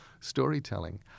storytelling